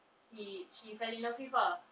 he she fell in love with ah